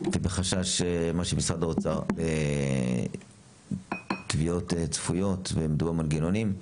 בחשש מה שמשרד האוצר תביעות צפויות --- המנגנונים,